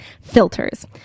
filters